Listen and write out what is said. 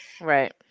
Right